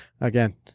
again